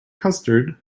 custard